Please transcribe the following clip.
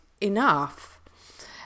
enough